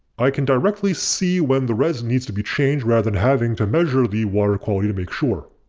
i can directly see when the resin needs to be changed rather than having to measure the water quality to make sure.